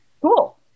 cool